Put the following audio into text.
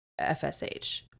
FSH